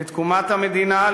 לתקומת המדינה,